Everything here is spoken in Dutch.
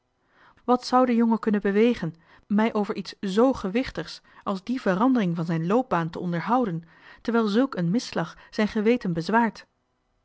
wat zou den jongen kunnen bewegen mij over iets z gewichtigs als die verandering van zijn loopbaan te onderhouden terwijl zulk een misslag zijn geweten bezwaart